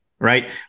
Right